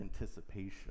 anticipation